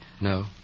No